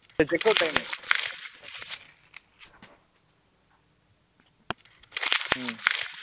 இல்லை check out time ம்